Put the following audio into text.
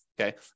okay